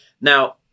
Now